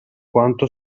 quanto